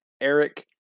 Eric